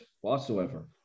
whatsoever